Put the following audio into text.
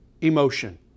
emotion